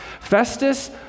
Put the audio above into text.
Festus